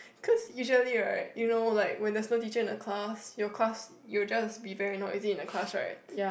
cause usually right you know like when there is no teacher in the class your class you just be very noisy in the class right